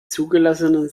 zugelassenen